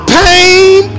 pain